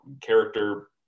character